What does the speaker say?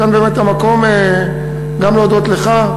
אז כאן באמת המקום גם להודות לך,